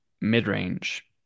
mid-range